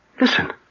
listen